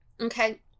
okay